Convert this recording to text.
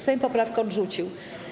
Sejm poprawkę odrzucił.